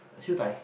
Siew-Dai